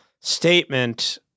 statement